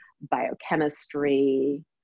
biochemistry